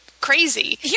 crazy